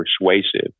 persuasive